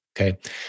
Okay